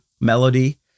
melody